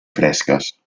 fresques